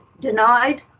denied